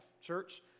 church